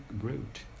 route